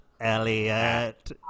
Elliot